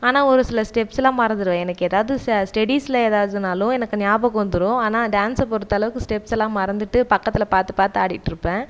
ஆனால் ஒரு சில ஸ்டெப்ஸுலாம் மறந்துடும் எனக்கு ஏதாவுது ச ஸ்டடீஸில் எதாவதுனாலும் எனக்கு ஞாபகம் வந்துடும் ஆனால் டான்ஸை பொறுத்த அளவுக்கு ஸ்டெப்ஸ் எல்லாம் மறந்துட்டு பக்கத்தில் பார்த்து பார்த்து ஆடிக்கிட்டுருப்பேன்